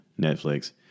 Netflix